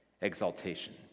exaltation